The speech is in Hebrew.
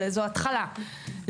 זו התחלה,